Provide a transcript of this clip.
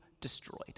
destroyed